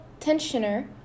Tensioner